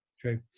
True